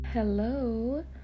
Hello